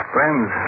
Friends